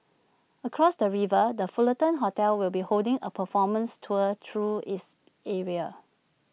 across the river the Fullerton hotel will be holding A performance tour through its area